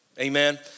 Amen